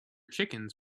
chickens